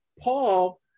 Paul